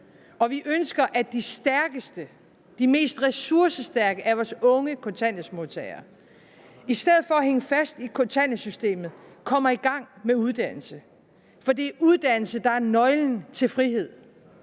at de stærkeste, de mest ressourcestærke af vores unge kontanthjælpsmodtagere i stedet for at hænge fast i kontanthjælpssystemet kommer i gang med en uddannelse, for det er uddannelse, der er nøglen til frihed,